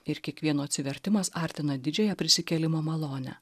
ir kiekvieno atsivertimas artina didžiąją prisikėlimo malonę